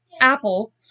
apple